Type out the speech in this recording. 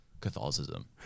Catholicism